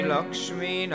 Lakshmi